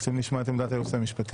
אנחנו רוצים לשמוע את עמדת הייעוץ המשפטי.